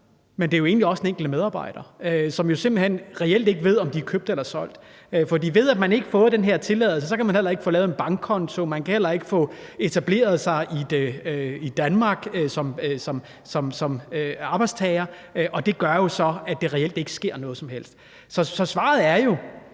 men jo egentlig også de enkelte medarbejdere, som simpelt hen reelt ikke ved, om de er købt eller solgt. For når man ikke har fået den her tilladelse, kan man ikke få lavet en bankkonto, og man kan heller ikke få etableret sig i Danmark som arbejdstager, og det gør jo, at der reelt ikke sker noget som helst. Så svaret er jo,